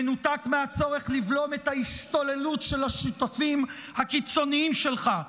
מנותק מהצורך לבלום את ההשתוללות של השותפים הקיצוניים שלך,